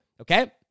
Okay